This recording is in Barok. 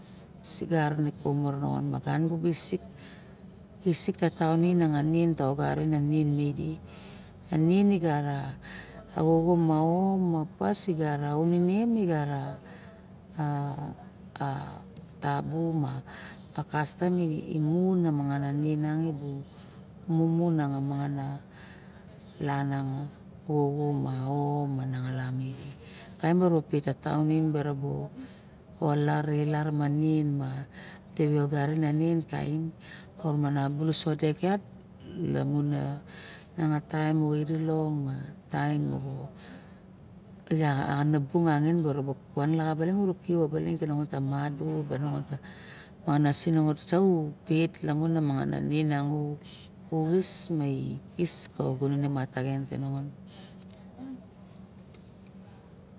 Sigara ana kumu re nongon miang nubu visik kisik ka taon taogarin nin idi a nin a xoxo ma pas di gara unine di gara a tabu mo kastom mo mu na mangana taem nina nan nubu mumu mangana xalap lana ngo xoxo ma ao mana xalap kaim biru pet ka tataon bin bara bu larr re ma nen teve ogarin nen kaxien morong bulus o dek yat lamun a mianga ta taem moxo iri long taem o vaxana bung mo pan laxa baling mo kip o balinh ka madu bara nongon de moxo na siningot sau pet lamun a mangana siningot uxis ma u kis ka gunon ne mat te nongon